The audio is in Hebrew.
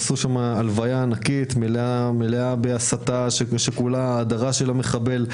עשו לו הלוויה ענקית מלאה בהסתה שכולה הדרה של המחבל,